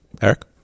Eric